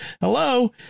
hello